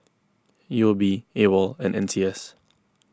U O B Awol and N C S